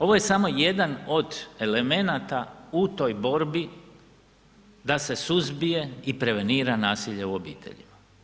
Ovo je samo jedan od elementa u toj borbi da se suzbije i prevenira nasilje u obiteljima.